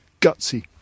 gutsy